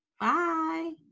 Bye